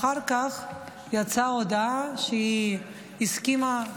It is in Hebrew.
אחר כך יצאה הודעה שהיא הסכימה,